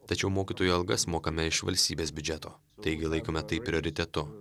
tačiau mokytojų algas mokame iš valstybės biudžeto taigi laikome tai prioritetu